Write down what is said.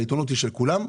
העיתונות היא של כולם.